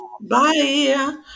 Bye